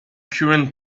current